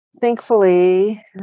thankfully